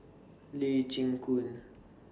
Lee Chin Koon